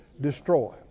destroy